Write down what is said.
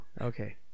Okay